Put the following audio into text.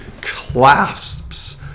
clasps